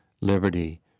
liberty